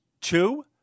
two